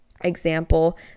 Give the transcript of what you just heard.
example